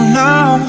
now